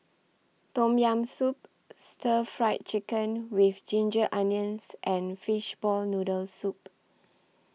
Tom Yam Soup Stir Fried Chicken with Ginger Onions and Fishball Noodle Soup